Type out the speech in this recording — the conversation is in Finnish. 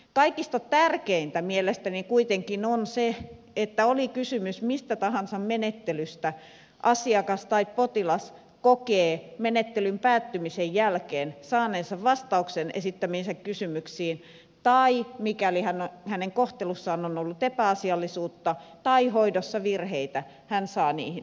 kaikista tärkeintä mielestäni kuitenkin on se että oli kysymys mistä tahansa menettelystä asiakas tai potilas kokee menettelyn päättymisen jälkeen saaneensa vastauksen esittämiinsä kysymyksiin tai mikäli hänen kohtelussaan on ollut epäasiallisuutta tai hoidossa virheitä hän saa niihin vas tauksen